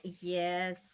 Yes